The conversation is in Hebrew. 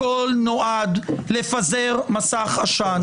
הכול נועד לפזר מסך עשן.